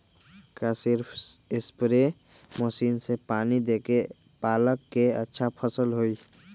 का सिर्फ spray machine से पानी देके पालक के अच्छा फसल होई?